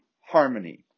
harmony